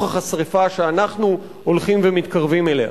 נוכח השרפה שאנחנו הולכים ומתקרבים אליה.